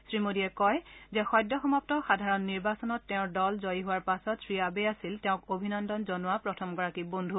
শ্ৰীমোডীয়ে কয় যে সদ্য সমাপ্ত সাধাৰণ নিৰ্বাচনত তেওঁৰ দল জয়ী হোৱাৰ পাছত শ্ৰী আবেই আছিল তেওঁক অভিনন্দন জনোৱা প্ৰথমগৰাকী বন্ধু